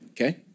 okay